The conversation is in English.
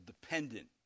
dependent